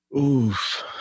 Oof